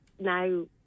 now